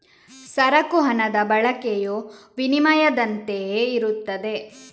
ಸರಕು ಹಣದ ಬಳಕೆಯು ವಿನಿಮಯದಂತೆಯೇ ಇರುತ್ತದೆ